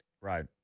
Right